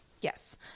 yes